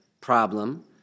problem